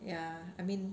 ya I mean